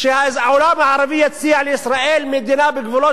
שהעולם הערבי יציע לישראל מדינה בגבולות